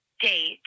date